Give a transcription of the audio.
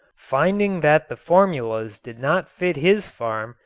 finding that the formulas did not fit his farm,